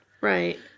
Right